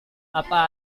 apa